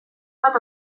bat